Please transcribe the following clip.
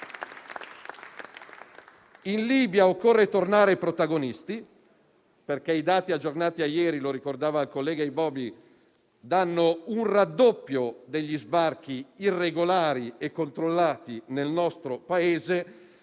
In Libia occorre tornare protagonisti, perché i dati aggiornati a ieri - lo ricordava il collega Iwobi - danno un raddoppio degli sbarchi irregolari e controllati nel nostro Paese.